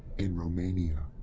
in romania.